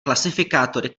klasifikátory